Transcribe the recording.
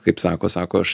kaip sako sako aš